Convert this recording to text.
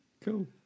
Cool